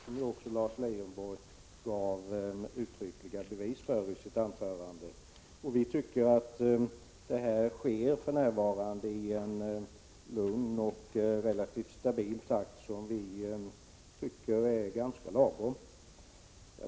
Lars Leijonborg gav själv i sitt anförande uttryckliga bevis för att så är fallet. Vi tycker att utvecklingen för närvarande sker i en lugn och relativt stabil takt — för att inte säga i ganska lagom takt.